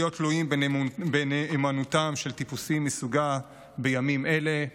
להיות תלויים בנאמנותם של טיפוסים מסוגה בימים אלה.